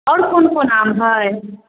आओर कोन कोन आम हइ